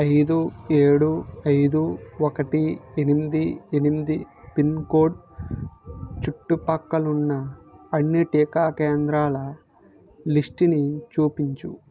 ఐదు ఏడు ఐదు ఒకటి ఎనిమిది ఎనిమిది పిన్కోడ్ చుట్టుపక్కల ఉన్న అన్ని టీకా కేంద్రాల లిస్టుని చూపించు